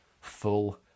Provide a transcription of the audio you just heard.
full